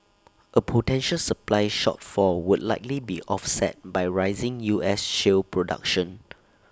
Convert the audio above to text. A potential supply shortfall would likely be offset by rising U S shale production